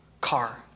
car